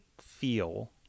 feel